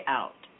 out